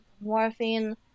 morphine